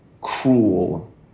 cruel